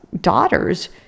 daughters